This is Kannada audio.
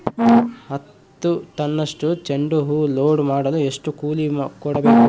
ಹತ್ತು ಟನ್ನಷ್ಟು ಚೆಂಡುಹೂ ಲೋಡ್ ಮಾಡಲು ಎಷ್ಟು ಕೂಲಿ ಕೊಡಬೇಕು?